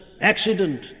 Accident